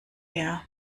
her